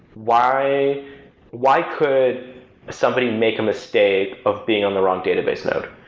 why why could somebody make a mistake of being on the wrong database node?